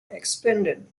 expanded